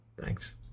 Thanks